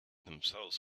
themselves